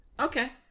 okay